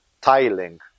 tiling